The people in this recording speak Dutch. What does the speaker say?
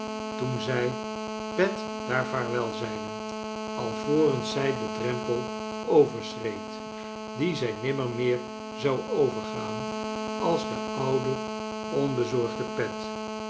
toen zij pet daar vaarwcl zeiden alvorens zij den drempel overschreed dien zij nimmer meer zou overgaan als de oude onbezorgde pet